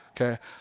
Okay